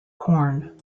corn